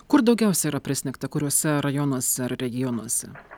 kur daugiausia yra prisnigta kuriuose rajonuose ar regionuose